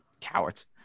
Cowards